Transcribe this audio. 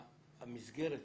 המסגרת